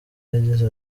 yagize